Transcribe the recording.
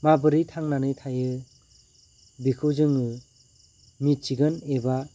माबोरै थांनानै थायो बेखौ जोङो मिथिगोन एबा